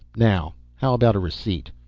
now how about a receipt.